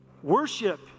Worship